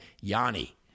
Yanni